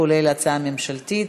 כולל הצעה ממשלתית.